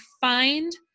find